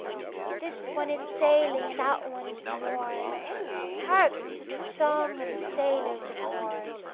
this one is sailing and that one is moored hark to the song of the sailors aboard!